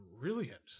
brilliant